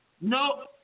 No